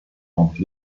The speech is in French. pentes